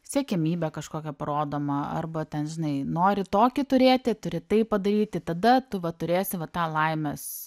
siekiamybė kažkokia parodoma arba ten žinai nori tokį turėti turi tai padaryti tada tu va turėsi va tą laimės